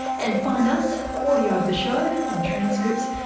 and find us, audio of the show and transcripts,